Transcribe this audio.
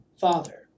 Father